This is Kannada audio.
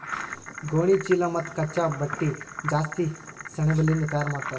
ಗೋಣಿಚೀಲಾ ಮತ್ತ್ ಕಚ್ಚಾ ಬಟ್ಟಿ ಜಾಸ್ತಿ ಸೆಣಬಲಿಂದ್ ತಯಾರ್ ಮಾಡ್ತರ್